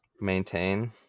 maintain